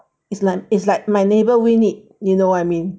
is like is like my neighbor win it you know what I mean